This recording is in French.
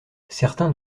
certains